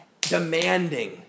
demanding